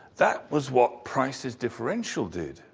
that was what price's differential did,